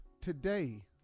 Today